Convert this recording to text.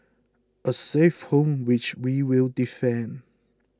a safe home which we will defend